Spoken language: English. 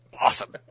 awesome